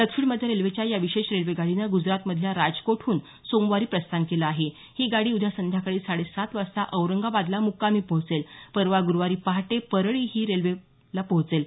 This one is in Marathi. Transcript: दक्षिण मध्य रेल्वेच्या या विशेष रेल्वे गाडीनं ग्जरातमधल्या राजकोटहून सोमवारी प्रस्थान केलं आहे ही गाडी उद्या संध्याकाळी साडे सात वाजता औरंगाबादला मुक्कामी पोहोचेल परवा गुरुवारी पहाटे परळी ही रेल्वे इथं पोहोचेल